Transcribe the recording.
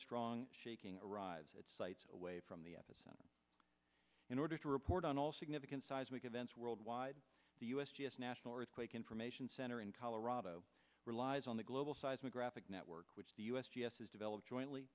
strong shaking arrives at sites away from the epicenter in order to report on all significant seismic events worldwide the u s g s national earthquake information center in colorado relies on the global seismographic network which the u s g s has developed jointly